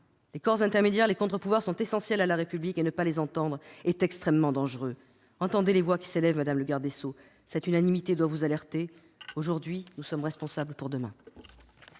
Les corps intermédiaires, les contre-pouvoirs sont essentiels à la République, ne pas les entendre est extrêmement dangereux. Entendez les voix qui s'élèvent, madame la garde des sceaux, cette unanimité doit vous alerter. Aujourd'hui, nous sommes responsables pour demain.